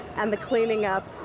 and the cleaning up.